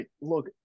look